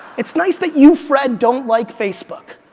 it's nice that you, fred, don't like facebook,